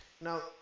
now